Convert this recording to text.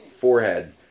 forehead